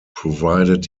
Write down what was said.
provided